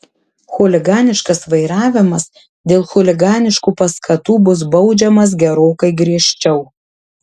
chuliganiškas vairavimas dėl chuliganiškų paskatų bus baudžiamas gerokai griežčiau